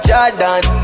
Jordan